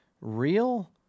real